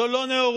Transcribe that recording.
זו לא נאורות,